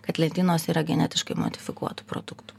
kad lentynos yra genetiškai modifikuotų produktų